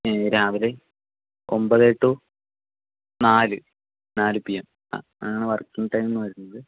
രാവിലെ ഒമ്പത് ടു നാല് നാലു പി എം ആ അതാണ് വർക്കിംഗ് ടൈം വരുന്നത്